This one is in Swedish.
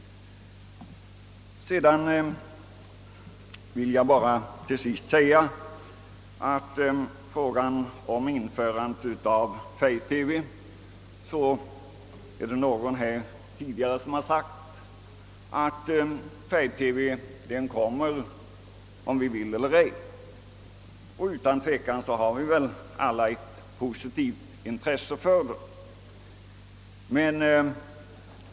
Beträffande frågan om införande av färg-TV har någon tidigare här i kammaren sagt, att färg-TV kommer oavsett vi vill det eller inte, och utan tvivel har vi väl alla ett positivt intresse för den.